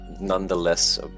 nonetheless